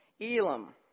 Elam